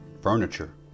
furniture